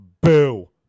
boo